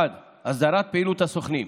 1. הסדרת פעילות הסוכנים,